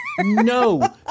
no